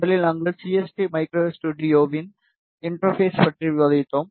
முதலில் நாங்கள் CST microwave studio வின் இன்டர்பெஷ் பற்றி விவாதித்தோம்